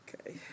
Okay